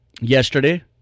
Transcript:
Yesterday